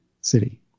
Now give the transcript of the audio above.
city